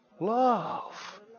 Love